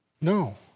No